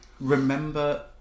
remember